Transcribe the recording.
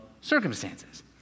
circumstances